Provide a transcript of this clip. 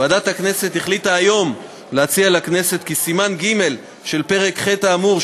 ועדת הכנסת החליטה היום להציע לכנסת כי סימן ג' של פרק ח' האמור,